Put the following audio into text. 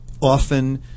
often